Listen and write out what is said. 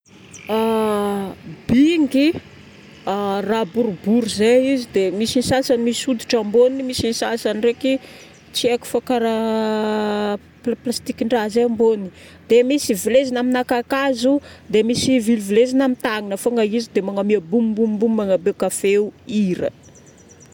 Bingy raha boribory zay izy dia misy ny sasany hoditra amboniny, misy ny sasany ndraiky tsy haiko fa karaha p- plastiquen-draha zay amboniny. Dia misy vilezina amina kakazo, dia misy vilivilezina amin'ny tagnana fogna izy dia magnamia boum boum boum na peka feo hira.